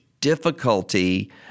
difficulty